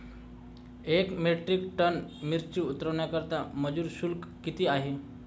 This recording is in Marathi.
एक मेट्रिक टन मिरची उतरवण्याकरता मजूर शुल्क किती आहे?